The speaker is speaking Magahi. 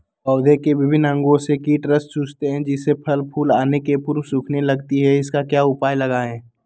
पौधे के विभिन्न अंगों से कीट रस चूसते हैं जिससे फसल फूल आने के पूर्व सूखने लगती है इसका क्या उपाय लगाएं?